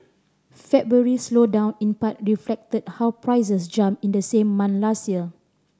February's slowdown in part reflected how prices jumped in the same month last year